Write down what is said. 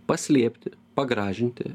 paslėpti pagražinti